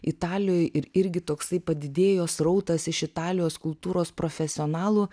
italijoj ir irgi toksai padidėjo srautas iš italijos kultūros profesionalų